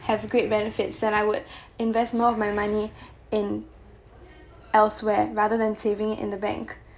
have a great benefits than I would invest more of my money in elsewhere rather than saving it in the bank